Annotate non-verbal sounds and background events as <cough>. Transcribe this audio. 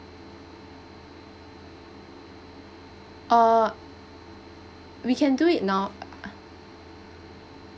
err we can do it now <noise>